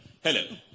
Hello